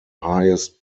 highest